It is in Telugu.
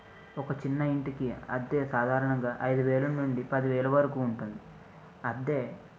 ఒక చిన్న ఇంటికి అద్దె సాధారణంగా ఐదువేల నుండి పదివేల వరకు ఉంటుంది అద్ధె